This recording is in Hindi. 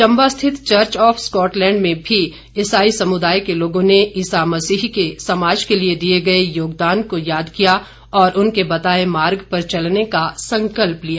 चंबा स्थित चर्च ऑफ स्कॉटलैंड में भी इसाई समुदाय के लोगों ने ईसा मसीह के समाज के लिए दिए गए योगदान को याद किया और उनके बताए मार्ग पर चलने का संकल्प लिया